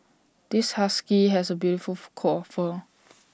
this husky has A beautiful coat of fur